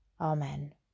Amen